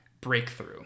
breakthrough